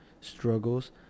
STRUGGLES